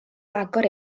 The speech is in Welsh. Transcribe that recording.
agor